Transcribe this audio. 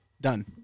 Done